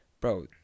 bro